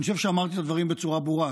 אני חושב שאמרתי דברים בצורה ברורה.